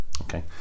Okay